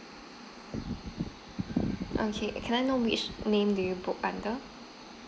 okay can I know which name do you booked under